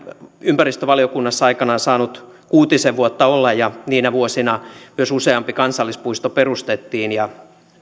ympäristövaliokunnassa aikanaan saanut kuutisen vuotta olla ja myös niinä vuosina useampi kansallispuisto perustettiin